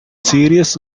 series